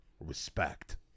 respect